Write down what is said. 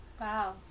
Wow